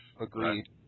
Agreed